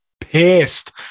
pissed